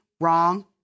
wrong